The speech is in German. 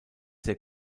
sehr